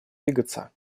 двигаться